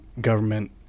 government